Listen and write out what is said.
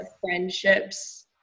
friendships